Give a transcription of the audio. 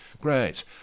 Great